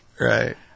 Right